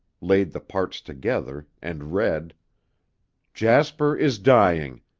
laid the parts together, and read jasper is dying.